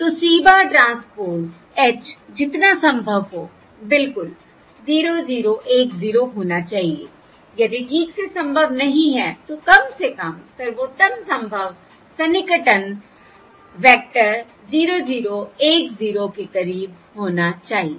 तो C बार transpose H जितना संभव हो बिल्कुल 0 0 1 0 होना चाहिए यदि ठीक से संभव नहीं है तो कम से कम सर्वोत्तम संभव सन्निकटन वेक्टर 0 0 1 0 के करीब होना चाहिए